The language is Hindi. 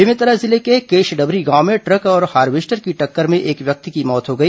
बेमेतरा जिले के केशडबरी गांव में ट्रक और हार्वेस्टर की टक्कर में एक व्यक्ति की मौत हो गई